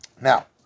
Now